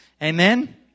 Amen